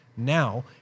Now